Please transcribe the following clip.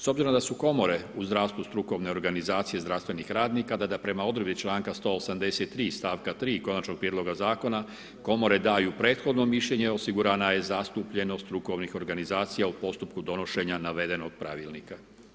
S obzirom da su komore u zdravstvu strukovne organizacije zdravstvenih radnika, da prema odredbi članka 183. stavka 3. konačnog prijedloga zakona Komore daju prethodno mišljenje, osigurana je zastupljenost strukovnih organizacija u postupku donošenja navedenog Pravilnika.